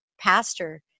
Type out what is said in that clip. pastor